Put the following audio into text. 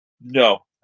No